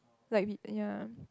like we ya